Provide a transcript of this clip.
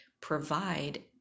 provide